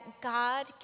God